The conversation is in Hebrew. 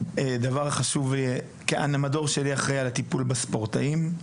אני ראש מדור שמטפל בספורטאים,